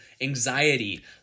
anxiety